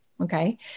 Okay